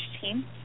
team